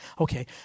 Okay